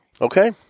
Okay